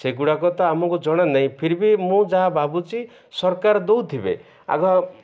ସେଗୁଡ଼ାକ ତ ଆମକୁ ଜଣା ନାହିଁ ଫିର୍ବି ମୁଁ ଯାହା ଭାବୁଛି ସରକାର ଦଉଥିବେ ଆଗ